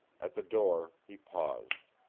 at the door he paused.